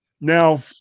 Now